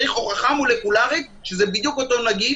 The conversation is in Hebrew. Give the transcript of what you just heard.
אז צריך הוכחה מולקולרית שזה בדיוק אותו נגיף.